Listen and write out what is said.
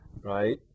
right